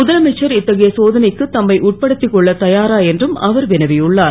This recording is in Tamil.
முதலமைச்சர் இத்தகைய சோதனைக்கு தம்மை உட்படுத் க் கொள்ள தயாரா என்றும் அவர் வினவியுள்ளார்